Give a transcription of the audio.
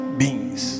beings